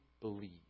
believe